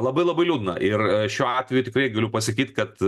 labai labai liūdna ir šiuo atveju tikrai galiu pasakyt kad